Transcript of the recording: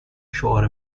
شعار